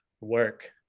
work